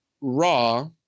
raw